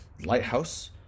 Lighthouse